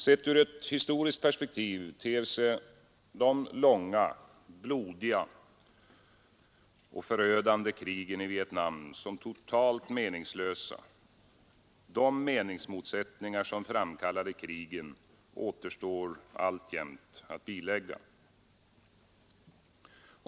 Sett ur ett historiskt perspektiv ter sig de långa, blodiga och förödande krigen i Vietnam som totalt meningslösa; de meningsmotsättningar som framkallade krigen återstår alltjämt att bilägga.